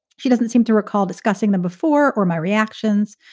she doesn't seem to recall discussing them before or my reactions.